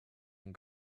and